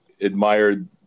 admired